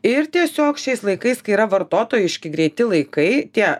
ir tiesiog šiais laikais kai yra vartotojiški greiti laikai tie